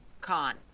Khan